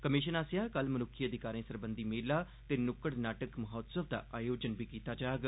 commission आसेआ कल मनुक्खी अधिकारें सरबंधी मेला ते नुक्कड़ नाटक महोत्सव दा आयोजन बी कीता जाग